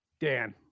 Dan